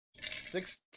Six